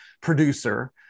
producer